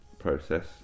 Process